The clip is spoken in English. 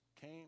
came